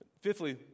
Fifthly